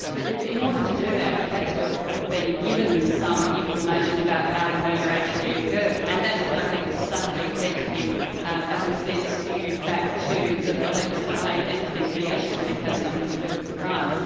but in order to do that, he had to have been given some information about how the murder actually occurred, and that's what i think was subtly fed to him and was then spewed back to the police and made them think that he actually did have something to do with the crime.